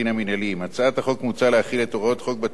בהצעת החוק מוצע להחיל את הוראות חוק בתי-הדין המינהליים